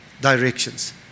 directions